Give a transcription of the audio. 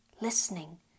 listening